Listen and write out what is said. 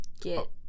get